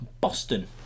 Boston